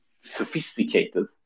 sophisticated